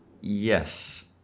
Yes